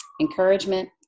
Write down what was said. encouragement